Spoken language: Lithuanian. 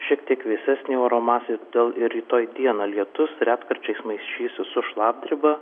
šiek tiek vėsesnė oro masė todėl ir rytoj dieną lietus retkarčiais maišysis su šlapdriba